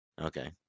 okay